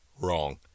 Wrong